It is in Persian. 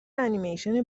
انیمیشن